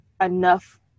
enough